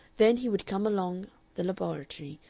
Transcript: then he would come along the laboratory,